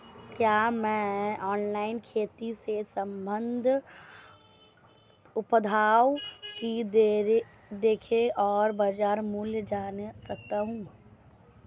क्या मैं ऑनलाइन खेती से संबंधित उत्पादों की दरें और बाज़ार मूल्य जान सकता हूँ?